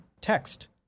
text